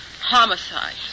Homicide